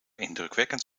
indrukwekkend